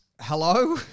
hello